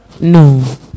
No